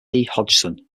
hodgson